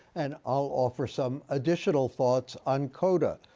and i'll offer some additional thoughts on coda.